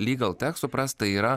lygltech suprask tai yra